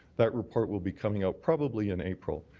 that report will be coming out probably in april.